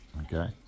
Okay